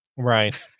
Right